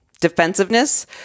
Defensiveness